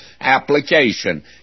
application